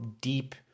deep